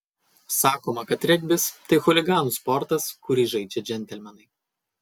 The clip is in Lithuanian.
sakoma kad regbis tai chuliganų sportas kurį žaidžia džentelmenai